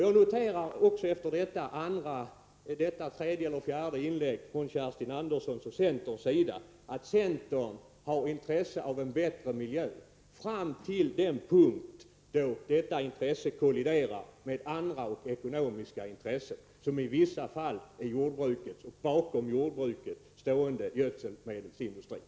Jag noterar också efter detta tredje eller fjärde inlägg från Kerstin Andersson och centern att centern har intresse av en bättre miljö fram till den punkt när detta intresse kolliderar med andra, ekonomiska intressen, som i vissa fall är jordbruket eller den bakom jordbruket stående gödselindustrin.